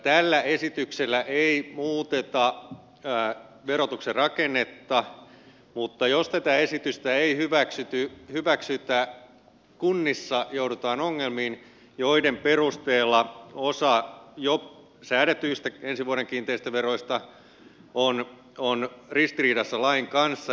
tällä esityksellä ei muuteta verotuksen rakennetta mutta jos tätä esitystä ei hyväksytä kunnissa joudutaan ongelmiin joiden perusteella osa jo säädetyistä ensi vuoden kiinteistöveroista on ristiriidassa lain kanssa